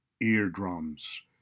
eardrums